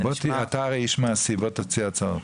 אתה הרי איש מעשי, בוא תציע הצעות.